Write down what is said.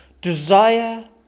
desire